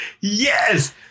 Yes